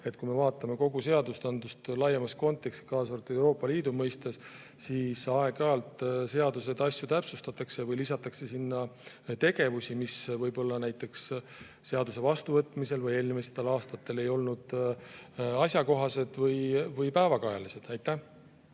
et kui me vaatame kogu seadusandlust laiemas kontekstis, kaasa arvatud Euroopa Liidu mõistes, siis aeg-ajalt seaduses asju täpsustatakse või lisatakse sinna tegevusi, mis võib‑olla näiteks seaduse vastuvõtmise ajal või eelmistel aastatel ei olnud asjakohased või päevakajalised. Aitäh!